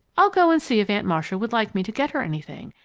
i'll go and see if aunt marcia would like me to get her anything,